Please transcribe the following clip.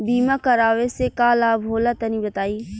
बीमा करावे से का लाभ होला तनि बताई?